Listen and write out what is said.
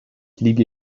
liege